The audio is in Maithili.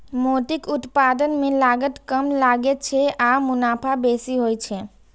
मोतीक उत्पादन मे लागत कम लागै छै आ मुनाफा बेसी होइ छै